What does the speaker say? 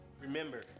Remember